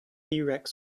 rex